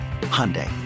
Hyundai